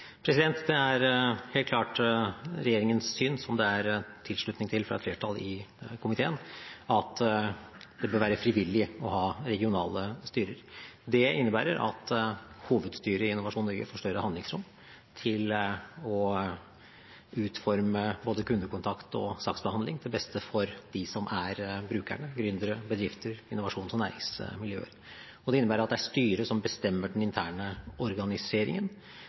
Det er helt klart regjeringens syn, som det er tilslutning til fra et flertall i komiteen, at det må være frivillig å ha regionale styrer. Det innebærer at hovedstyret i Innovasjon Norge får større handlingsrom til å utforme både kundekontakt og saksbehandling til beste for dem som er brukerne, gründere, bedrifter, innovasjons- og næringsmiljøer, og i tråd med at det er styret som bestemmer den interne organiseringen,